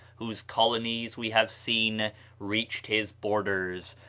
whose colonies we have seen reached his borders,